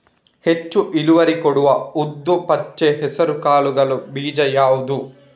ಹೆಚ್ಚು ಇಳುವರಿ ಕೊಡುವ ಉದ್ದು, ಪಚ್ಚೆ ಹೆಸರು ಕಾಳುಗಳ ಬೀಜ ಯಾವುದು?